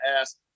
ask